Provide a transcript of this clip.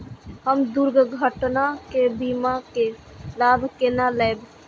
हम दुर्घटना के बीमा के लाभ केना लैब?